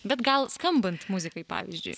bet gal skambant muzikai pavyzdžiui